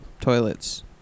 toilets